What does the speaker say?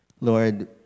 Lord